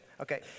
okay